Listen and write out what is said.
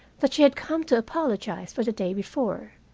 that she had come to apologize for the day before.